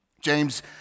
James